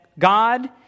God